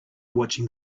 watching